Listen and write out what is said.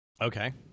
Okay